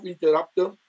interrupter